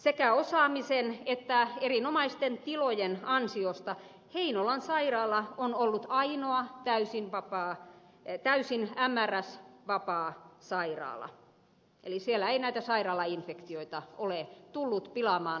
sekä osaamisen että erinomaisten tilojen ansiosta heinolan sairaala on ollut ainoa täysin mrs vapaa sairaala eli siellä ei näitä sairaalainfektioita ole tullut pilaamaan leikkaustulosta